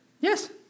Yes